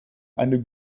eine